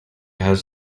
has